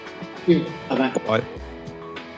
-bye